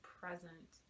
present